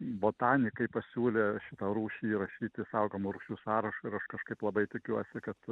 botanikai pasiūlė šitą rūšį įrašyti saugomų rūšių sąrašą ir aš kažkaip labai tikiuosi kad